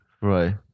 Right